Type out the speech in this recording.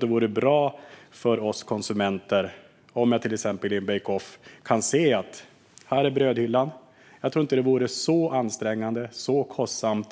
Det vore bra för oss konsumenter att, till exempel när det gäller bake-off, i brödhyllan kunna se att till exempel den bake-off som